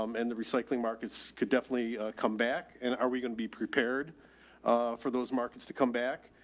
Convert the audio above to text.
um and the recycling markets could definitely come back. and are we going to be prepared for those markets to come back?